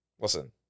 listen